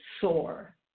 soar